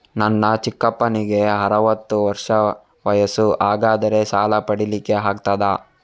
ನನ್ನ ಚಿಕ್ಕಪ್ಪನಿಗೆ ಅರವತ್ತು ವರ್ಷ ವಯಸ್ಸು, ಹಾಗಾದರೆ ಸಾಲ ಪಡೆಲಿಕ್ಕೆ ಆಗ್ತದ?